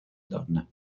donne